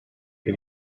did